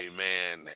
Amen